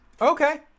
Okay